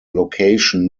location